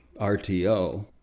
rto